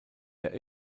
der